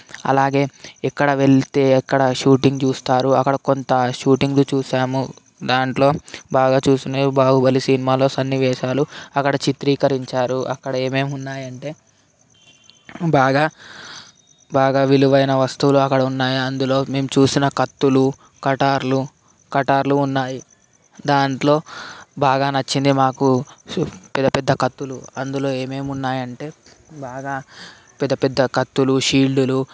అలాగే ఎక్కడ వెళితే ఎక్కడ షూటింగ్ చూస్తారు అక్కడ కొంత షూటింగ్లు చూసాము దాంట్లో బాగా చూసినవి బాహుబలి సినిమాలో సన్నివేశాలు అక్కడ చిత్రీకరించారు అక్కడ ఏమేం ఉన్నాయి అంటే బాగా బాగా విలువైన వస్తువులు అక్కడ ఉన్నాయి అందులో మేము చూసిన కత్తులు కటార్లు కటార్లు ఉన్నాయి దాంట్లో బాగా నచ్చింది మాకు పెద్ద పెద్ద కత్తులు అందులో ఏమేమి ఉన్నాయంటే బాగా పెద్ద పెద్ద కత్తులు షీల్డ్లు